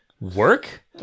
work